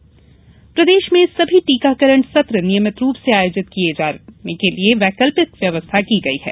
टीकाकरण सत्र प्रदेश में सभी टीकाकरण सत्र नियमित रूप से आयोजित किये जाने के लिये वैकल्पिक व्यवस्था की गई है